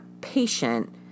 patient